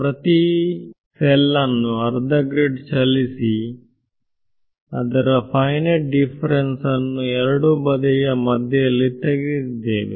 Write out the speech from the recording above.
ಪ್ರತಿ ಸಲ್ಲನ್ನು ಅರ್ಧ ಗ್ರಿಡ್ ಚಲಿಸಿ ಅದರ ಫೈನೈಟ್ ಡಿಫರೆನ್ಸ್ ಅನ್ನು ಎರಡು ಬದಿಯ ಮಧ್ಯದಲ್ಲಿ ತೆಗೆದಿದ್ದೇವೆ